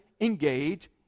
engage